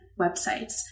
websites